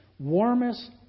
warmest